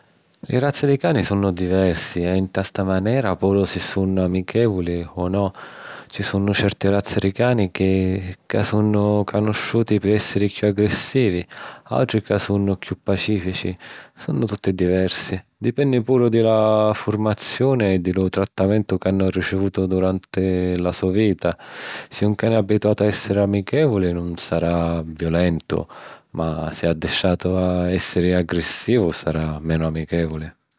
Li razzi di cani sunnu diversi e nta sta manera puru si sunnu amichèvuli o no. Ci sunnu certi razzi di cani ca sunnu canusciuti pi èssiri chiù aggrissivi, àutri ca sunnu chiù pacìfichi. Sunnu tutti diversi. Dipenni puru di la furmazioni e di lu trattamentu ca hannu ricivutu duranti la so vita: si un cani è abituatu a èssiri amichèvuli nun sarà viulentu ma si è addistratu a èssiri aggrissivu sarà menu amichèvuli